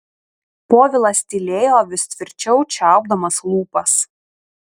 povilas tylėjo vis tvirčiau čiaupdamas lūpas